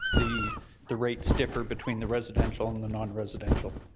the the rates differ between the residential and the non-residential.